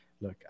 look